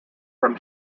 from